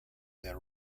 that